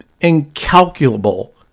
incalculable